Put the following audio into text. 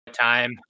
Time